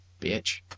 Bitch